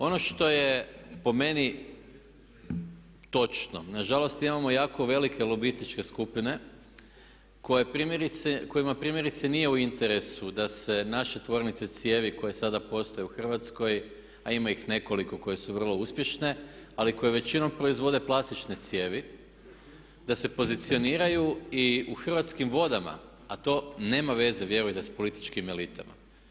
Ono što je po meni točno, nažalost imamo jako velike lobističke skupine kojima primjerice nije u interesu da se naše tvornice cijevi koje sada postoje u Hrvatskoj a ima ih nekoliko koje su vrlo uspješne, ali koje većinom proizvode plastične cijevi da se pozicioniraju i u Hrvatskim vodama a to nema veze … sa političkim elitama.